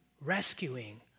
rescuing